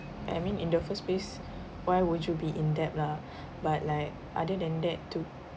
I mean in the first place why would you be in debt lah but like other than that to